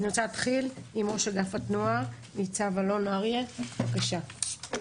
ראש אגף התנועה, ניצב אלון אריה, בבקשה.